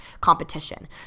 competition